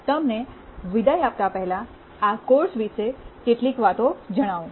તમને વિદાય આપતા પહેલા આ કોર્સ વિશે કેટલીક વાતો જણાવું